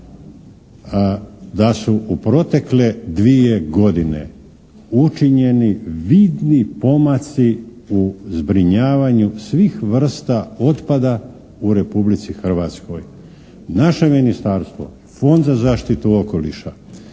da su u protekle dvije godine učinjeni vidni pomaci u zbrinjavanju svih vrsta otpada u Republici Hrvatskoj. Naše ministarstvo, Fond za zaštitu okoliša